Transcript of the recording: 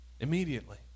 immediately